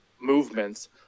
movements